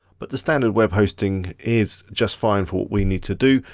but the standard web hosting is just fine for what we need to do.